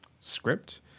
script